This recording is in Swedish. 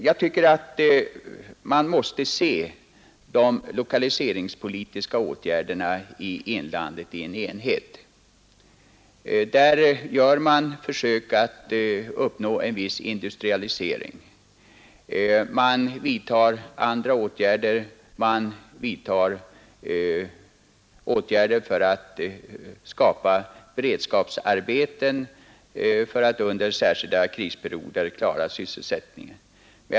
Jag tycker att man mäste se de lokaliseringspolitiska åtgärderna i inlandet som en enhet. Där gör man försök att uppnå en viss industrialisering. man vidtar andra åtgärder, såsom åtgärder för att skapa beredskapsarbeten för att trygga sysselsättningen under särskilda krisperioder.